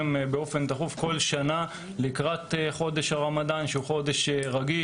באופן תכוף כל שנה לקראת חודש הרמדאן שהוא חודש רגיש